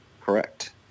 Correct